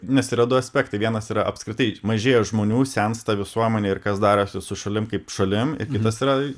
nes yra du aspektai vienas yra apskritai mažėja žmonių sensta visuomenė ir kas darosi su šalim kaip šalim ir kitas yra